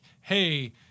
Hey